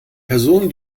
person